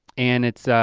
and it's,